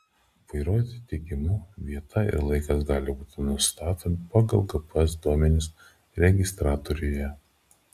vairuotojo teigimu vieta ir laikas gali būti nustatomi pagal gps duomenis registratoriuje